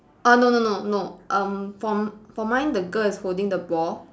err no no no no um for for mine the girl is holding the ball